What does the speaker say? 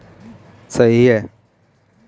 मूंगफली मे वसा और कैलोरी पायी जाती है